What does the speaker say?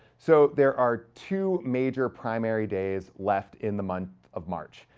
so there are two major primary days left in the month of march.